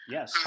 Yes